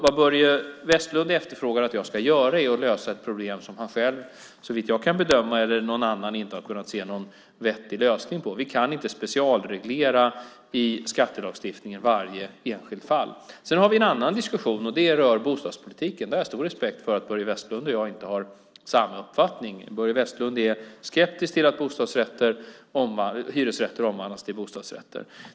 Vad Börje Vestlund efterfrågar att jag ska göra är att lösa ett problem som han själv, såvitt jag kan bedöma, eller någon annan inte har kunnat se någon vettig lösning på. Vi kan inte specialreglera i skattelagstiftningen i varje enskilt fall. Sedan har vi en annan diskussion, och den rör bostadspolitiken. Där har jag stor respekt för att Börje Vestlund och jag inte har samma uppfattning. Börje Vestlund är skeptisk till att hyresrätter omvandlas till bostadsrätter.